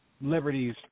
liberties